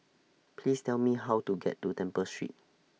Please Tell Me How to get to Temple Street